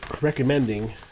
recommending